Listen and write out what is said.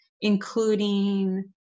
including